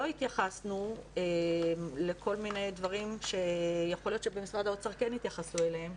לא התייחסנו לכל מיני דברים שיכול להיות שבמשרד האוצר כן התייחסו אליהם,